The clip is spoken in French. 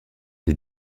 des